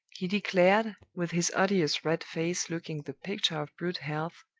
he declared, with his odious red face looking the picture of brute health,